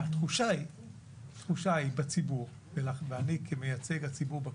התחושה בציבור, ואני כמייצג הציבור בכנסת,